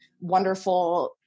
wonderful